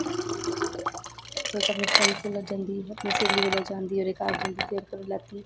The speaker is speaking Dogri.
ओह् इक अपनी फ्रेंड कोल जंदी अपनी स्हेली कन्नै जंदी ओह्दे घर जंदी ते ओह्दे कोला